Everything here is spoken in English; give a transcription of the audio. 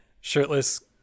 shirtless